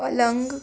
પલંગ